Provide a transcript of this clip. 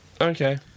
okay